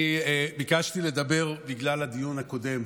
אני ביקשתי לדבר בגלל הדיון הקודם,